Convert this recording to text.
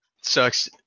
sucks